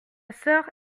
sœur